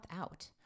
out